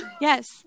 Yes